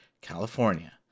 California